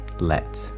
let